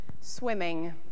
swimming